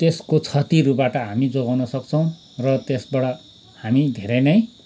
त्यसको क्षतिहरूबाट हामी जोगाउन सक्छौँ र त्यसबाट हामी धेरै नै